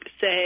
say